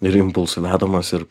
ir impulsų vedamas ir